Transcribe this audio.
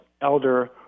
Elder